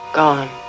gone